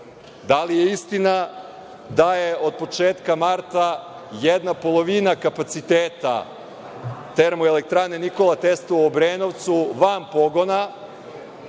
Da li je istina da je od početka marta 1/2 kapaciteta Termoelektrane „Nikola Tesla“ u Obrenovcu van pogona,